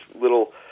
little